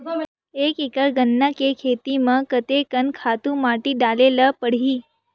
एक एकड़ गन्ना के खेती म कते कन खातु माटी डाले ल पड़ही?